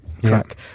track